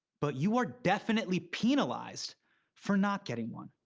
but you are definitely penalized for not getting one.